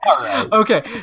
okay